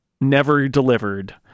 never-delivered